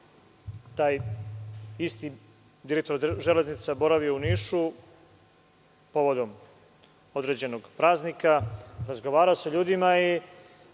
taj isti direktor „Železnica“ boravio u Nišu povodom određenog praznika, razgovarao sa ljudima i